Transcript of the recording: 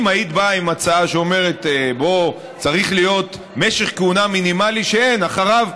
אם היית באה עם הצעה שאומרת: צריך להיות משך כהונה מינימלי שאין אחריו,